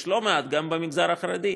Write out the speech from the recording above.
יש לא מעט גם במגזר החרדי,